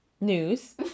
news